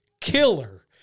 killer